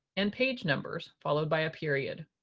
and page numbers followed by a period.